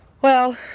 well,